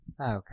Okay